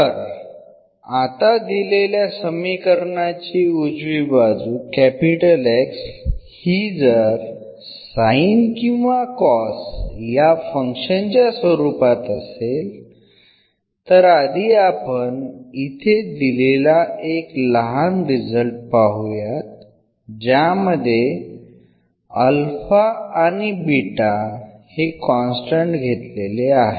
तर आता दिलेल्या समीकरणाची उजवी बाजू X ही जर sin किंवा cos या फंक्शनच्या स्वरूपात असेल तर आधी आपण इथे दिलेला एक लहान रिझल्ट पाहुयात ज्यामध्ये अल्फा आणि बीटाहे कॉन्स्टन्ट घेतलेले आहेत